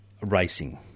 racing